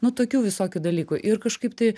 nu tokių visokių dalykų ir kažkaip tai